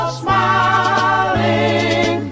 smiling